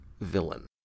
villain